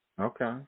Okay